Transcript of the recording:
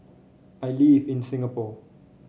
I live in Singapore